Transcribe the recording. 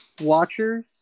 watchers